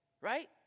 right